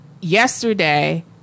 yesterday